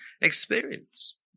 experience